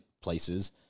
places